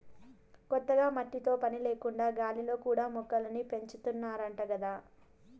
కొత్తగా మట్టితో పని లేకుండా గాలిలో కూడా మొక్కల్ని పెంచాతన్నారంట గదా